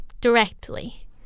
directly